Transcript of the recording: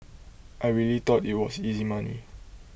I really thought IT was easy money